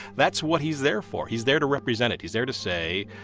that's what he's there for. he's there to represent it. he's there to say,